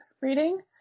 reading